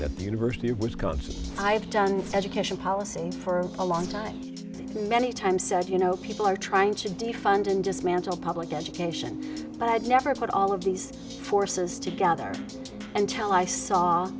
at the university of wisconsin i have done education policy for a long time and many times said you know people are trying to defund and dismantle public education but i'd never put all of these forces together until i saw